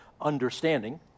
understanding